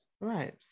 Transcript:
right